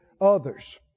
others